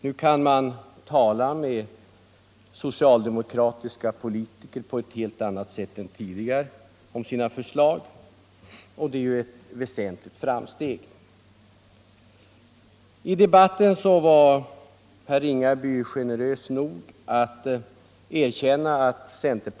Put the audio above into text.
Nu kan man tala med socialdemokratiska politiker om sina för — allmänna pensionsslag och i en helt annan utsträckning än tidigare få gehör för sina syn — åldern, m.m. punkter. Det är ju ett framsteg.